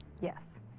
Yes